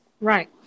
Right